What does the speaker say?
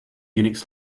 unix